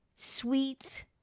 Sweet